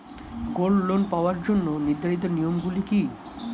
Gold loan পাওয়ার জন্য নির্ধারিত নিয়ম গুলি কি?